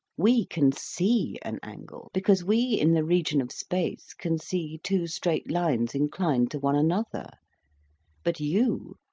we can see an angle, because we in the region of space, can see two straight lines inclined to one another but you,